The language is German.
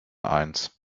eins